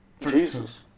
Jesus